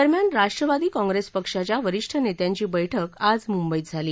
दरम्यान राष्ट्रवादी काँग्रेस पक्षाच्या वरिष्ठ नेत्यांची बैठक आज मुंबईत झाली